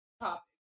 topic